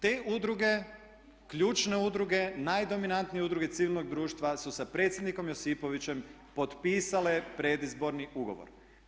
Te udruge, ključne udruge, najdominantnije udruge civilnog društva su sa predsjednikom Josipovićem potpisale predizborni ugovor.